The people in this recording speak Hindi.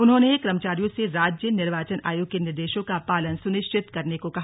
उन्होंने कर्मचारियों से राज्य निर्वाचन आयोग के निर्देशों का पालन सुनिश्चित करने को कहा